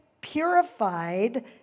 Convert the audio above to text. purified